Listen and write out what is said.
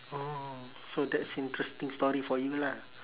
oh so that's interesting story for you lah